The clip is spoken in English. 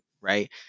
right